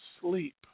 sleep